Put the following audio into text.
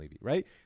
Right